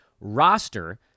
roster